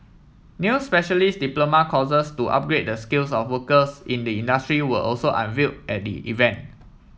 new specialist diploma courses to upgrade the skills of workers in the industry were also unveil at the event